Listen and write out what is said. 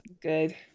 good